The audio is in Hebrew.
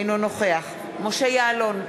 אינו נוכח משה יעלון,